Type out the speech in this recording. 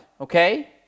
okay